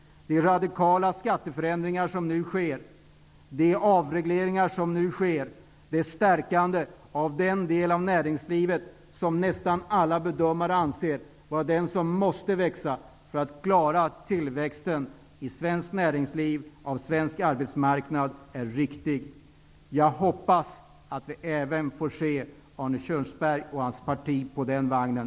Det gäller de radikala skatteförändringar som nu sker, de avregleringar som nu sker och stärkandet av den del av näringslivet som nästan alla bedömare anser vara den som måste växa, för att vi skall klara tillväxten av svensk arbetsmarknad i svenskt näringsliv. Jag hoppas att vi även steg för steg får se Arne Kjörnsberg och hans parti på den vägen.